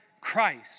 Christ